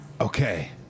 Okay